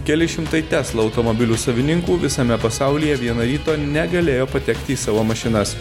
keli šimtai tesla automobilių savininkų visame pasaulyje vieną rytą negalėjo patekti į savo mašinas